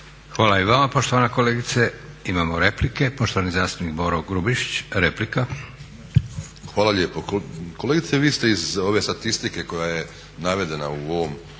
Hvala i vama poštovana kolegice. Imao replike. Poštovani zastupnik Boro Grubišić, replika. **Grubišić, Boro (HDSSB)** Hvala lijepo. Kolegice vi ste iz ove statistike koja je navedena u ovom